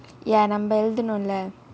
ya நம்ம எழுதனும்:namma ezhuthanum leh